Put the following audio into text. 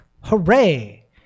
hooray